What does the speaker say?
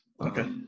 Okay